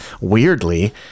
weirdly